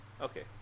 okay